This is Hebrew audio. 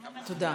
תודה.